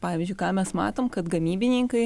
pavyzdžiui ką mes matom kad gamybininkai